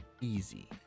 easy